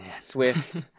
Swift